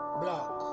block